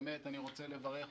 אני רוצה לברך אותך,